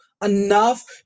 enough